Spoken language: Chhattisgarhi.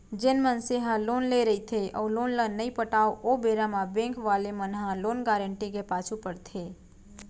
जेन मनसे ह लोन लेय रहिथे अउ लोन ल नइ पटाव ओ बेरा म बेंक वाले मन ह लोन गारेंटर के पाछू पड़थे